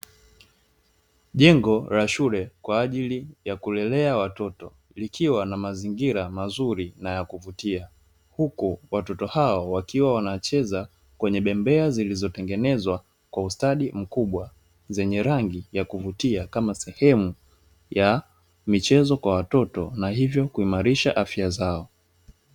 Jengo la shule kwa ajili ya kulelea watoto likiwa na mazingira mazuri na ya kuvutia. Huku watoto hao wakiwa wanacheza kwenye bembea zilizotengenezwa kwa ustadi mkubwa, zenye rangi ya kuvutia kama sehemu ya michezo kwa watoto na hivyo kuimarisha afya zao.